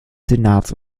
senats